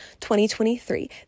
2023